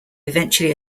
eventually